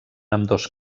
ambdós